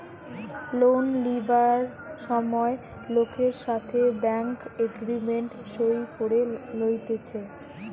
loan লিবার সময় লোকের সাথে ব্যাঙ্ক এগ্রিমেন্ট সই করে লইতেছে